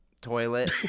toilet